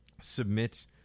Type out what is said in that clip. submit